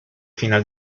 final